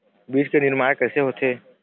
बीज के निर्माण कैसे होथे?